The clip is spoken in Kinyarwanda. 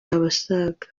abasaga